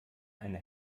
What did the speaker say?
eine